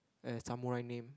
a samurai name